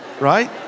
right